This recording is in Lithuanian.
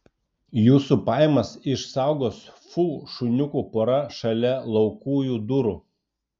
jūsų pajamas išsaugos fu šuniukų pora šalia laukujų durų